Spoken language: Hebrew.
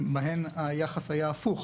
היחס היה הפוך: